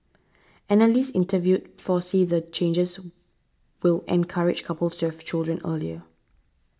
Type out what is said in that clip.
analysts interviewed foresee the changes will encourage couples to have children earlier